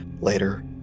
later